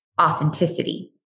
authenticity